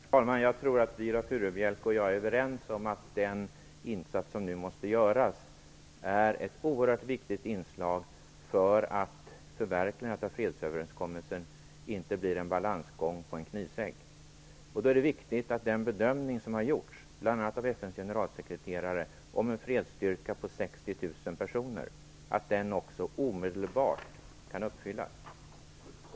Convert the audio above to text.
Herr talman! Jag tror att Viola Furubjelke och jag är överens om att den insats som nu måste göras är ett oerhört viktigt inslag för att förverkligandet av fredsöverenskommelsen inte blir en balansgång på en knivsegg. Då är det viktigt att den bedömning som har gjorts, bl.a. av FN:s generalsekreterare, om en fredsstyrka på 60 000 personer också omedelbart kan uppfyllas.